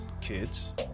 kids